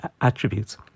attributes